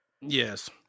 Yes